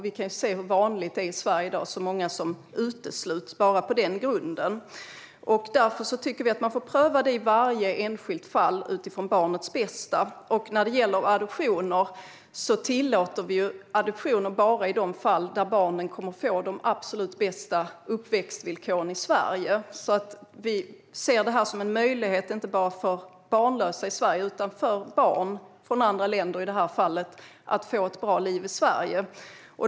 Vi kan se hur vanligt det är i Sverige i dag och hur många som utesluts bara på den grunden. Därför tycker vi att man får pröva det i varje enskilt fall utifrån barnets bästa. När det gäller adoptioner tillåter vi adoptioner bara i de fall där barnen kommer att få de absolut bästa uppväxtvillkoren i Sverige. Vi ser det som en möjlighet inte bara för barnlösa i Sverige utan för barn från i det här fallet andra länder att få ett bra liv i Sverige.